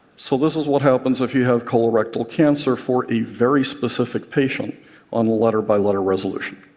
so this is what happens if you have colorectal cancer for a very specific patient on the letter-by-letter resolution.